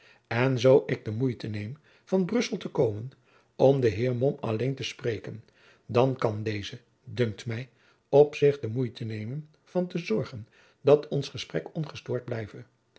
en zoo ik de moeite neem van brussel te komen om den heer mom alleen te spreken dan kan deze dunkt mij op zich de moeite nemen van te zorgen dat ons gesprek ongestoord blijve